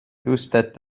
دوستت